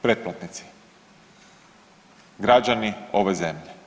Pretplatnici, građani ove zemlje.